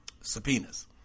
subpoenas